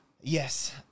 Yes